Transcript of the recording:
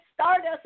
stardust